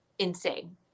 insane